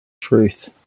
Truth